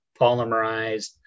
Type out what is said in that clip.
polymerized